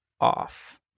off